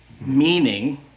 meaning